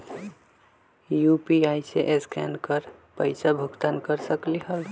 UPI से scan कर पईसा भुगतान कर सकलीहल?